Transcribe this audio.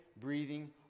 breathing